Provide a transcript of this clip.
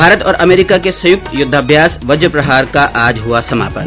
भारत और अमेरीका के संयुक्त युद्धाभ्यास वज प्रहार का आज हुआ समापन